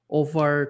over